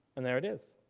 and there it is.